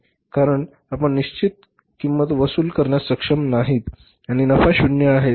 कारण आपण निश्चित किंमत वसूल करण्यास सक्षम नाहीत आणि नफा शून्य आहे